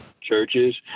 churches